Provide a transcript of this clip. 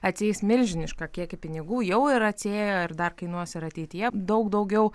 atsieis milžinišką kiekį pinigų jau ir atsiėjo ir dar kainuos ir ateityje daug daugiau